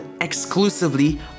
exclusively